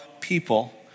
people